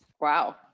Wow